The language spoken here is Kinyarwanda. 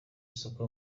isoko